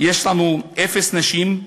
יש לנו אפס נשים,